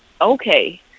okay